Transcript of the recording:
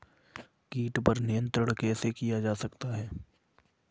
कीट पर नियंत्रण कैसे किया जा सकता है?